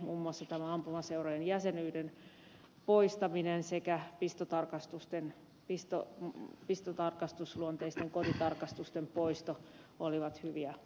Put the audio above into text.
muun muassa ampumaseurojen jäsenyyden poistaminen sekä pistotarkastusluonteisten kodintarkastusten poisto olivat hyviä muutoksia